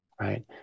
Right